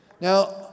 Now